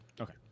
okay